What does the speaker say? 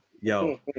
Yo